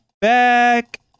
back